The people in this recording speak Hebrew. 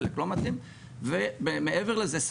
חלק לא מתאים ומעבר לזה,